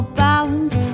balance